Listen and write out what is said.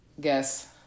Guess